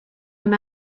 him